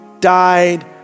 died